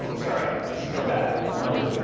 ah sorry, i should go back. there was one other